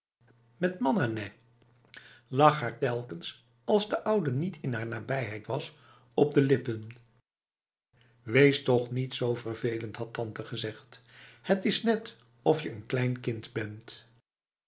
manah nèh lag haar telkens als de oude niet in haar nabijheid was op de lippen wees toch niet zo vervelend had tante gezegd het is net of je n klein kind bent